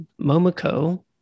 Momoko